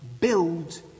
build